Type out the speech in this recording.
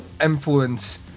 influence